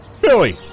billy